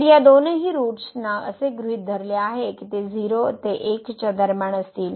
तर या दोनहि रुट्स ना असे गृहीत धरले आहे की ते 0 ते 1 दरम्यान असतील